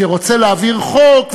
שרוצה להעביר חוק,